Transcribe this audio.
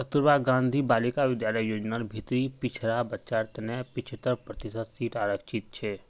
कस्तूरबा गांधी बालिका विद्यालय योजनार भीतरी पिछड़ा बच्चार तने पिछत्तर प्रतिशत सीट आरक्षित छे